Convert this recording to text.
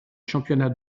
championnats